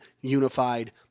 unified